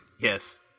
Yes